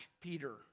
Peter